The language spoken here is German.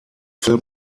film